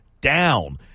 down